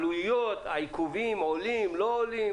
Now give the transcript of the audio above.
העלויות, העיכובים עולים, לא עולים.